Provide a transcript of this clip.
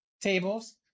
tables